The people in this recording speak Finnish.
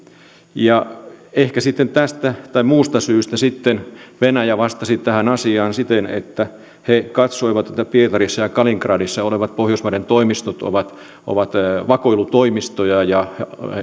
ehkä sitten tästä tai muusta syystä venäjä vastasi tähän asiaan siten että he katsoivat että pietarissa ja kaliningradissa olevat pohjoismaiden toimistot ovat ovat vakoilutoimistoja ja